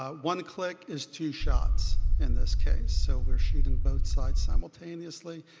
ah one click is two shots in this case. so we're shooting both sides simultaneously.